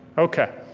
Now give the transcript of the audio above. okay.